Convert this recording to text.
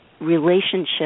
relationship